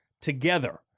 together